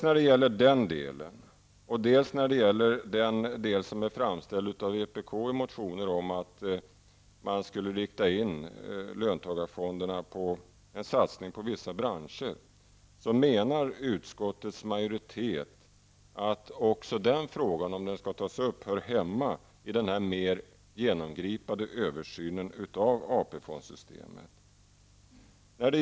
När det gäller detta och det som framställs av vänsterpartiet i motioner om att man skulle rikta in löntagarfonderna på en satsning på vissa branscher' menar utskottets majoritet att frågorna, om de skall tas upp, hör hemma i den mer genomgripande översynen av AP-fondssystemet.